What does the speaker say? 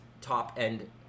top-end